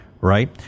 right